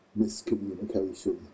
miscommunication